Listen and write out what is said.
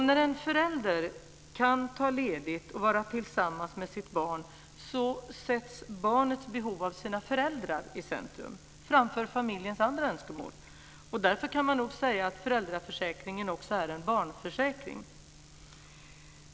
När en förälder kan ta ledigt och vara tillsammans med sitt barn sätts barnets behov av sina föräldrar i centrum framför familjens andra önskemål. Därför kan man nog säga att föräldraförsäkringen också är en barnförsäkring.